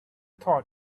thought